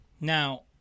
Now